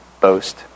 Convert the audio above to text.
boast